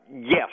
Yes